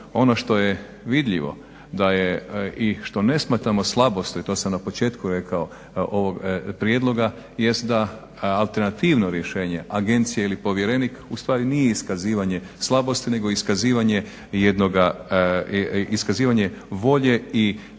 Ono što je vidljivo da je, i što ne smatramo slabosti, to sam na početku rekao ovog prijedloga jest da alternativno rješenje agencije ili povjerenik ustvari nije iskazivanje slabosti nego iskazivanje jednoga,